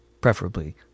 preferably